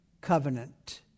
covenant